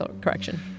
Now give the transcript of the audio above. Correction